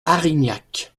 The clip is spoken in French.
arignac